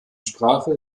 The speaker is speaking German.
sprache